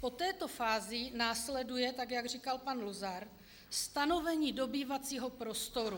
Po této fázi následuje, tak jak říkal pan Luzar, stanovení dobývacího prostoru.